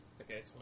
Okay